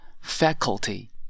faculty